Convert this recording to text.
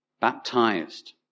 baptized